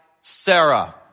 Sarah